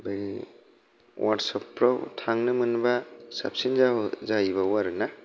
बे वार्कशपफोराव थांनो मोनबा साबसिन जाहैबावो आरो ना